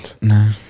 No